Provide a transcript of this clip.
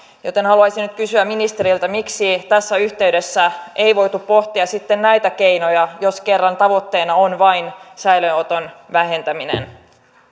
joten haluaisin nyt kysyä ministeriltä miksi tässä yhteydessä ei voitu pohtia sitten näitä keinoja jos kerran tavoitteena on vain säilöönoton vähentäminen